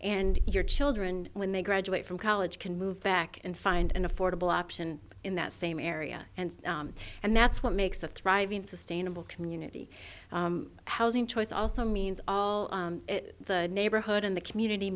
and your children when they graduate from college can move back and find an affordable option in that same area and and that's what makes a thriving sustainable community housing choice also means all the neighborhood in the community